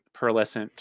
pearlescent